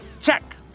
Check